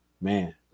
man